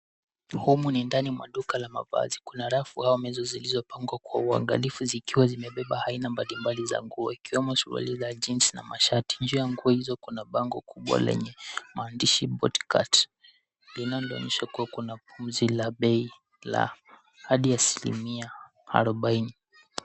Humu ni ndani mwa duka la mavazi. Kuna rafu au meza zilizopangwa kwa uangalifu zikiwa zimebeba aina mbali mbali za nguo, ikiwemo: suruali za jeans na mashati. Juu ya nguo hizo kuna bango kubwa lenye maandishi BootCut , linaloonyesha kuwa kuna pumzi la bei la hadi asilimia arobaini.